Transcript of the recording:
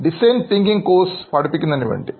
design thinking course പഠിപ്പിക്കുന്നതിന് വേണ്ടി